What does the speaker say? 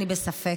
אני בספק.